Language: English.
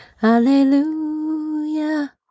Hallelujah